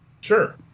Sure